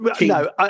no